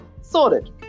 Sorted